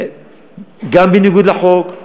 גם בניגוד לחוק,